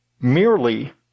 merely